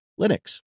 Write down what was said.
Linux